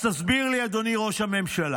אז תסביר לי, אדוני ראש הממשלה,